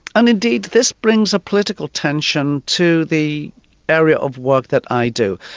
and indeed this brings a political tension to the area of work that i do.